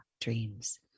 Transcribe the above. dreams